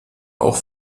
auch